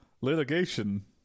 litigation